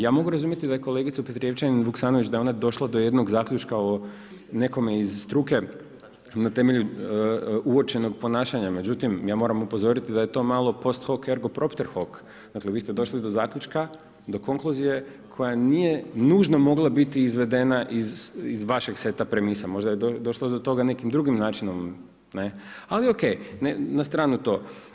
Ja mogu razumiti da je kolegicu Petrijevčanin-Vuksanović da je ona došla do jednog zaključka o nekome iz struke na temelju uočenog ponašanja, međutim ja moram upozoriti da je to malo … /Govornik govori stranim jezikom./ … dakle vi ste došli do zaključka do konkluzije koja nije nužno mogla biti izvedena iz vašeg seta premisa, možda je došlo do toga nekim drugim načinom, ali ok na stranu to.